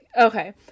Okay